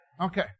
Okay